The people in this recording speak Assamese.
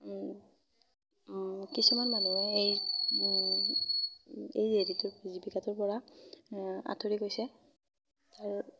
কিছুমান মানুহে এই এই হেৰিটো জীৱিকাটোৰ পৰা আঁতৰি গৈছে আৰু